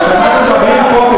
אבל כשאנחנו מדברים פה,